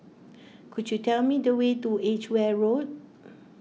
could you tell me the way to Edgeware Road